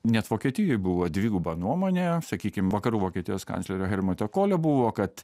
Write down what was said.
net vokietijoj buvo dviguba nuomonė sakykime vakarų vokietijos kanclerio helmuto kolio buvo kad